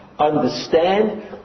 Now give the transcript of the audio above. understand